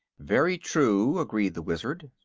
very true, agreed the wizard.